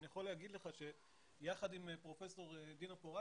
אני יכול לומר לך שיחד עם פרופסור דינה פורת